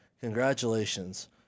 Congratulations